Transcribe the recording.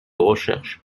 recherche